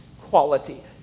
quality